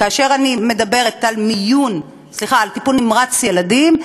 כאשר אני מדברת על טיפול נמרץ ילדים,